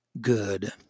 good